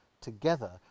together